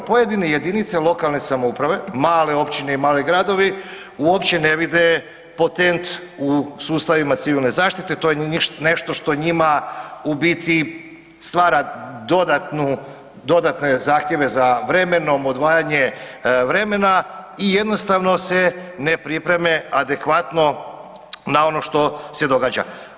Pojedine JLS-ovi, male općine i mali gradovi uopće ne vide potent u sustavima civilne zaštite, to je nešto što njima u biti stvara dodatne zahtjeve za vremenom, odvajanje vremena i jednostavno se ne pripreme adekvatno na ono što se događa.